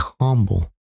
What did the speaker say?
humble